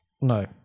No